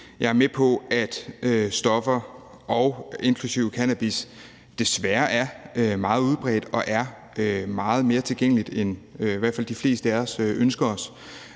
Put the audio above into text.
jeg er med på, at stoffer inklusiv cannabis desværre er meget udbredt og er meget mere tilgængelige, end hvad i hvert